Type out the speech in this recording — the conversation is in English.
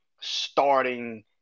starting